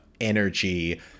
energy